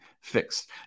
fixed